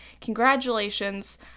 congratulations